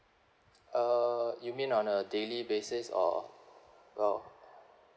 uh you mean on a daily basis or well